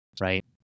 right